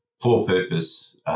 for-purpose